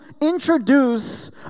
introduce